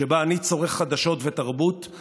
שבה אני צורך חדשות ותרבות,